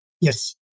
Yes